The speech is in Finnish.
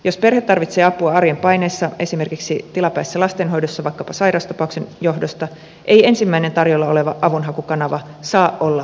jos perhe tarvitsee apua arjen paineissa esimerkiksi tilapäisessä lastenhoidossa vaikkapa sairaustapauksen johdosta ei ensimmäinen tarjolla oleva avunhakukanava saa olla lastensuojelu